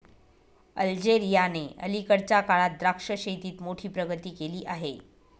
अल्जेरियाने अलीकडच्या काळात द्राक्ष शेतीत मोठी प्रगती केली आहे